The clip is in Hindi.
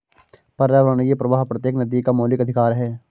पर्यावरणीय प्रवाह प्रत्येक नदी का मौलिक अधिकार है